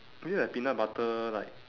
maybe like peanut butter like